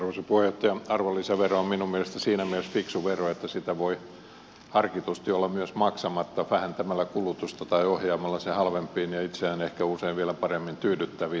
arvonlisävero on minun mielestäni siinä mielessä fiksu vero että sitä voi harkitusti olla myös maksamatta vähentämällä kulutusta tai ohjaamalla se halvempiin ja itseään ehkä usein vielä paremmin tyydyttäviin tuotteisiin